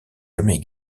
jamais